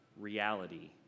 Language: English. reality